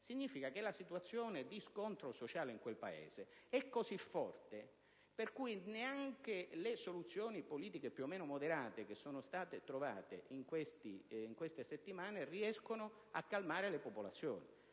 significa che la situazione di scontro sociale in quel Paese è così forte che neanche le soluzioni politiche, più o meno moderate, che sono state trovate in queste settimane riescono a calmare le popolazioni.